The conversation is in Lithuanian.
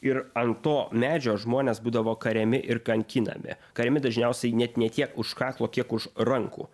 ir ant to medžio žmonės būdavo kariami ir kankinami kariami dažniausiai net ne tiek už kaklo kiek už rankų